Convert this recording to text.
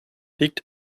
liegt